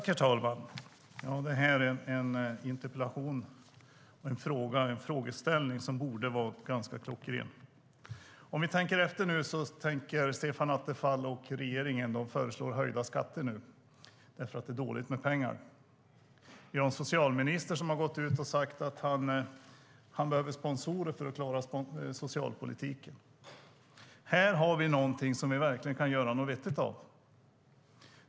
Herr talman! Det här är en interpellation och en frågeställning som borde vara ganska klockren. Stefan Attefall och regeringen föreslår nu höjda skatter för att det är dåligt med pengar. Vi har en socialminister som gått ut och sagt att han behöver sponsorer för att klara socialpolitiken. Här har vi någonting som vi verkligen kan göra något vettigt av.